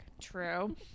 True